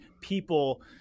people